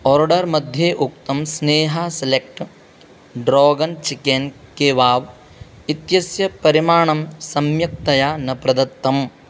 order मध्ये उक्तं Sneha select dragon chicken kebab इत्यस्य परिमाणं सम्यक्तया न प्रदत्तम्